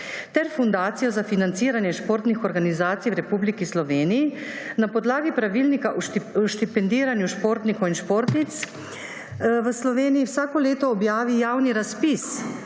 ter Fundacijo za financiranje športnih organizacij v Republiki Sloveniji na podlagi Pravilnika o štipendiranju športnikov in športnic v Sloveniji vsako leto objavi javni razpis